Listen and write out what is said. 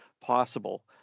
possible